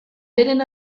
beren